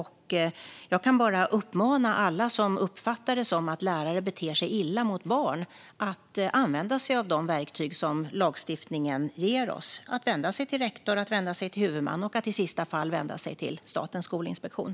Jag kan bara uppmana alla som uppfattar det som att lärare beter sig illa mot barn att använda sig av de verktyg som lagstiftningen ger oss: att vända sig till rektorn, till huvudmannen och i sista hand till Statens skolinspektion.